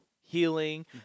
healing